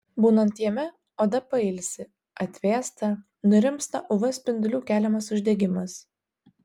būnant jame oda pailsi atvėsta nurimsta uv spindulių keliamas uždegimas